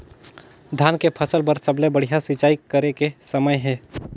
धान के फसल बार सबले बढ़िया सिंचाई करे के समय हे?